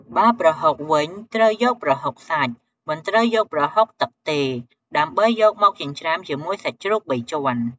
បើប្រហុកវិញត្រូវយកប្រហុកសាច់ មិនត្រូវយកប្រហុកទឹកទេ ដើម្បីយកមកចិញ្ច្រាំជាមួយសាច់ជ្រូកបីជាន់។